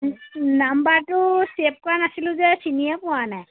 নাম্বাৰটো ছেভ কৰা নাছিলোঁ যে চিনিয়ে পোৱা নাই